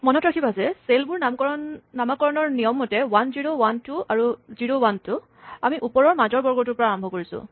মনত ৰাখিবা যে চেলবোৰ নামাকৰণৰ নিয়মমতে ৱান জিৰ' ৱান টু আৰু জিৰ' ৱান টু আমি ওপৰৰ মাজৰ বৰ্গটোৰ পৰা আৰম্ভ কৰিব খুজিছোঁ